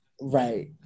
right